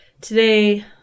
today